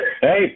hey